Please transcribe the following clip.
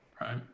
Right